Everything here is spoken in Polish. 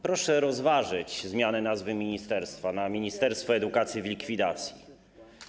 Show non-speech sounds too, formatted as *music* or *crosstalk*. Proszę rozważyć zmianę nazwy ministerstwa na ministerstwo edukacji w likwidacji *applause*